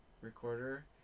recorder